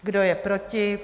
Kdo je proti?